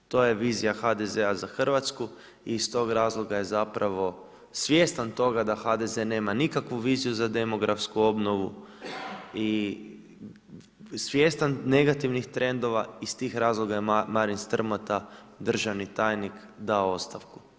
je vizija HDZ-a za Hrvatsku i iz tog razloga je zapravo svjestan toga da HDZ nema nikakvu viziju za demografsku obnovu i svjestan negativnih trendova iz tih razloga je Marin Strmota, državni tajnik dao ostavku.